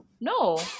No